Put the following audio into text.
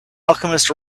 alchemist